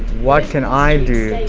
what can i do,